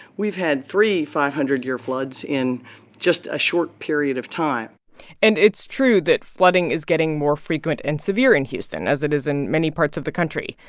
we've had three five hundred year floods in just a short period of time and it's true that flooding is getting more frequent and severe in houston, as it is in many parts of the country.